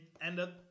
ended